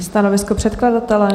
Stanovisko předkladatele?